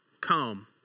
come